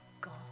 God